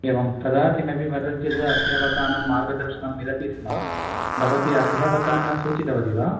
एवं तदा किमपि वदति चेत् अध्यापकानां मार्गदर्शनं मिलति स्म भवती अध्यापकान् न सूचितवती वा